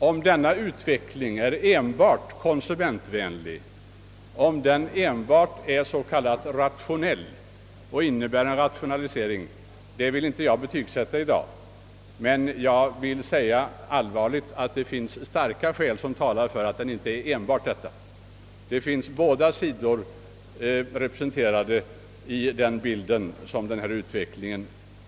Om denna utveckling enbart är konsumentvänlig och rationell ämnar jag inte ta ställning till i dag, men jag vill allvarligt framhålla, att det finns starka skäl som talar för att det inte enbart förhåller sig så, det finns ur konsumentsynpunkt både föroch nackdelar med denna utveckling.